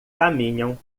caminham